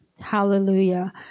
Hallelujah